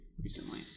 recently